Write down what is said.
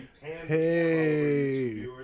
Hey